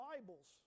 Bibles